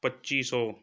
ਪੱਚੀ ਸੌ